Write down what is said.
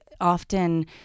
often